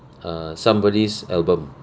err somebody's album